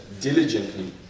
diligently